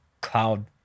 cloud